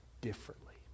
differently